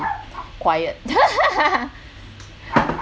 quiet